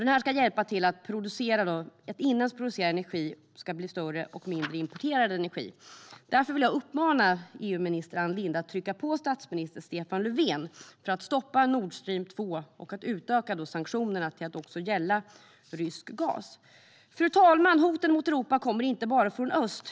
Den ska leda till mer inhemskt producerad energi och till mindre importerad energi. Därför vill jag uppmana EU-minister Ann Linde att trycka på statsministern Stefan Löfven för att stoppa Nordstream 2 och att utöka sanktionerna till att också gälla rysk gas. Fru talman! Hoten mot Europa kommer inte bara från öst.